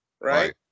Right